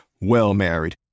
well-married